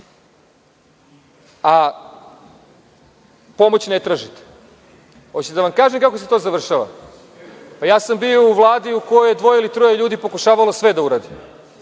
a pomoć ne tražite. Hoćete da vam kažem kako se to završava? Ja sam bio u Vladi u kojoj je dvoje ili troje ljudi pokušavalo sve da uradi,